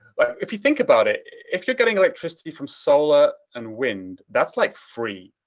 like if you think about it, if you're getting electricity from solar and wind, that's like free.